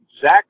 Zach